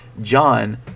John